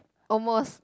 almost